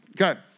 Okay